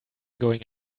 going